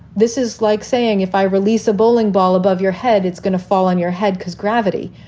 this is like saying if i release a bowling ball above your head, it's gonna fall on your head because gravity,